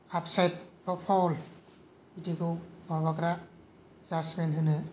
अफसायद बा फावल बिदिखौ माबाग्रा जार्जमेन होनो